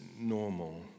normal